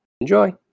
Enjoy